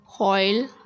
oil